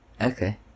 Okay